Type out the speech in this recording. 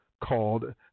called